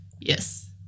Yes